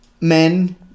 men